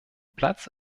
platz